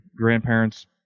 grandparents